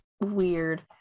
weird